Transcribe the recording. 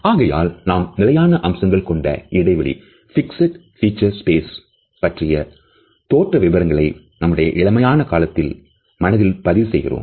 ஆகையால் நாம் நிலையான அம்சங்கள் கொண்ட இடைவெளி fixed feature space பற்றிய தோற்ற விபரங்களை நம்முடைய இளமையான காலத்தில் மனதில் பதிவு செய்கிறோம்